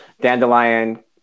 dandelion